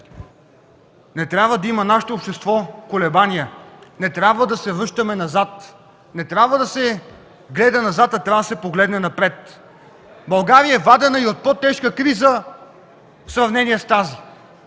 не трябва да има колебания! Не трябва да се връщаме назад! Не трябва да се гледа назад, а трябва да се погледне напред! България е вадена и от по-тежка криза в сравнение с тази.